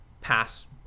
pass